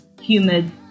humid